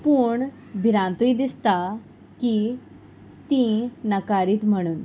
पूण भिरांतूय दिसता की तीं नाकारीत म्हणून